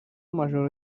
amajoro